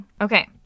Okay